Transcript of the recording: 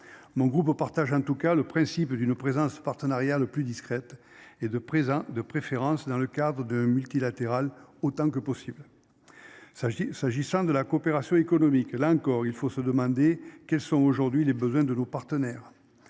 Mon groupe au partage, en tout cas le principe d'une présence partenariat le plus discrète et de, de préférence dans le cadre de multilatéral autant que possible. Ça, je dis, s'agissant de la coopération économique, là encore il faut se demander quels sont aujourd'hui les besoins de nos partenaires.